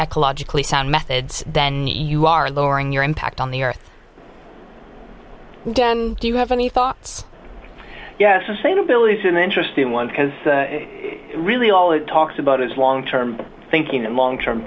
ecologically sound methods then you are lowering your impact on the earth do you have any thoughts yeah sustainability is an interesting one because really all it talks about is long term thinking and long term